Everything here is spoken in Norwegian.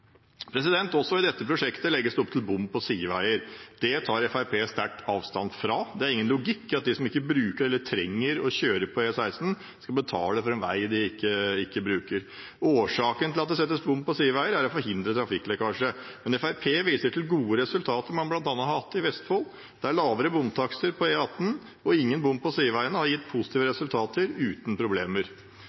Også i dette prosjektet legges det opp til bom på sideveier. Det tar Fremskrittspartiet sterkt avstand fra. Det er ingen logikk i at de som ikke bruker eller trenger å kjøre på E16, skal betale for en vei de ikke bruker. Årsaken til at det settes opp bom på sideveier, er å forhindre trafikklekkasje. Men Fremskrittspartiet viser til gode resultater man bl.a. har hatt i Vestfold, der lavere bomtakster på E18 og ingen bom på sideveiene har gitt positive resultater uten problemer